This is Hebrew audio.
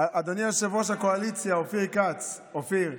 אדוני יושב-ראש הקואליציה, אופיר כץ, אופיר,